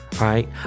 right